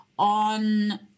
on